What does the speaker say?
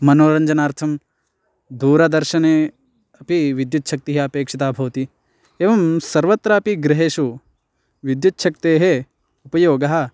मनोरञ्जनार्थं दूरदर्शने अपि विद्युच्छक्तिः अपेक्षिता भवति एवं सर्वत्रापि गृहेषु विद्युच्छक्तेः उपयोगः